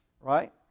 Right